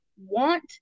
want